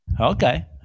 Okay